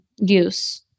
use